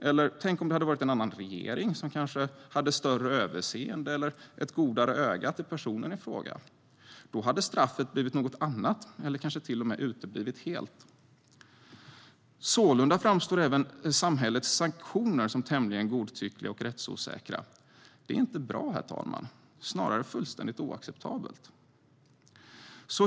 Eller tänk om det hade varit en annan regering som kanske hade större överseende eller ett godare öga till personen i fråga. Då hade straffet blivit något annat eller kanske till och med uteblivit helt. Sålunda framstår även samhällets sanktioner som tämligen godtyckliga och rättsosäkra. Detta är inte bra, herr talman, utan snarare fullständigt oacceptabelt.